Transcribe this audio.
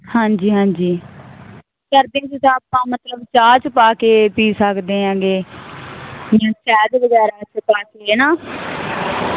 ਹਾਂਜੀ ਹਾਂਜੀ ਕਰਦੇ ਜਿਦਾਂ ਆਪਾਂ ਮਤਲਬ ਚਾਹ ਚ ਪਾ ਕੇ ਪੀ ਸਕਦੇ ਆਗੇ ਜੇ ਸ਼ਹਿਦ ਵਗੈਰਾ ਚ ਪਾ ਕੇ ਨਾ